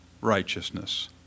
righteousness